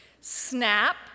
Snap